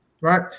right